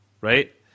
right